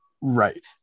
Right